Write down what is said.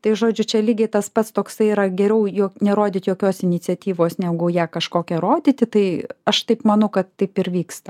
tai žodžiu čia lygiai tas pats toksai yra geriau jo nerodyt jokios iniciatyvos negu ją kažkokią rodyti tai aš taip manau kad taip ir vyksta